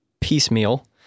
piecemeal